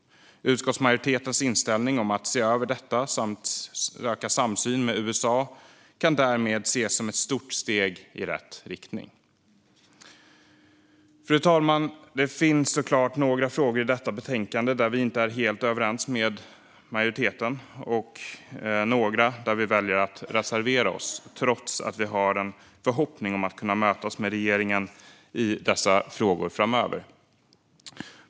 Utskottsmajoritetens inställning att se över detta samt att söka samsyn med USA kan därmed ses som ett stort steg i rätt riktning. Fru talman! Det finns såklart några frågor i detta betänkande där vi inte är helt överens med majoriteten och några där vi väljer att reservera oss, trots att vi har en förhoppning om att kunna mötas med regeringen i dessa frågor framöver.